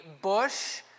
bush